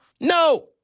No